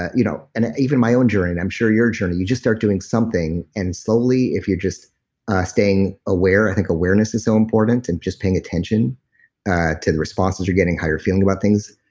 ah you know even my own journey and i'm sure your journey, you just start doing something and slowly, if you're just staying aware. i think awareness is so important and just paying attention to the responses you're getting, how you're feeling about things,